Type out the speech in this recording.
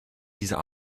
dieser